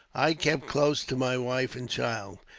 i kept close to my wife and child,